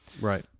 right